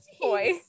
boy